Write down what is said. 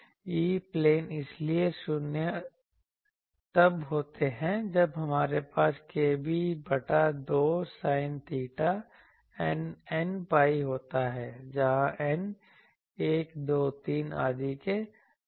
E plane इसलिए शून्य तब होते हैं जब हमारे पास kb बटा 2 sin theta n n𝝅 होता है जहाँ n 1 2 3 आदि के बराबर है